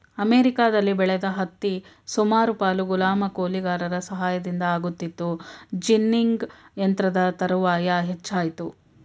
ಅಮೆರಿಕದಲ್ಲಿ ಬೆಳೆದ ಹತ್ತಿ ಸುಮಾರು ಪಾಲು ಗುಲಾಮ ಕೂಲಿಗಾರರ ಸಹಾಯದಿಂದ ಆಗುತ್ತಿತ್ತು ಜಿನ್ನಿಂಗ್ ಯಂತ್ರದ ತರುವಾಯ ಹೆಚ್ಚಾಯಿತು